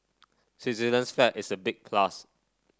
Switzerland's flag is a big plus